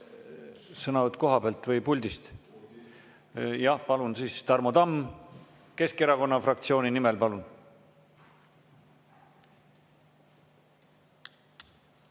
sõnavõtt koha pealt või puldist? Jah, palun siia Tarmo Tamm Keskerakonna fraktsiooni nimel.